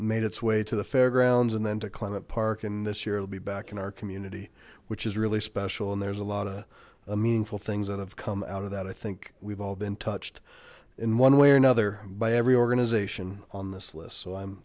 made its way to the fairgrounds and then to climate park and this year will be back in our community which is really special and there's a lot of the meaningful things that have come out of that i think we've all been touched in one way or another by every organization on this list so i'm